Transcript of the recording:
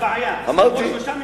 הבעיה היא שיהיו שלושה משיחים.